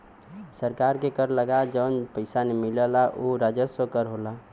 सरकार के कर लगा के जौन पइसा मिलला उ राजस्व कर होला